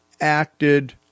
acted